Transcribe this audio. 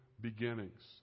beginnings